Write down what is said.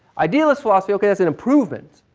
idealist philosophy okay that's an improvement.